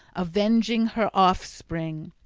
avenged her offspring.